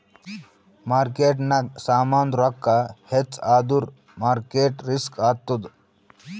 ಮಾರ್ಕೆಟ್ನಾಗ್ ಸಾಮಾಂದು ರೊಕ್ಕಾ ಹೆಚ್ಚ ಆದುರ್ ಮಾರ್ಕೇಟ್ ರಿಸ್ಕ್ ಆತ್ತುದ್